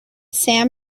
sam